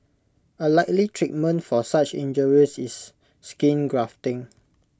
A likely treatment for such injuries is skin grafting